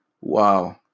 wow